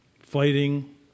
fighting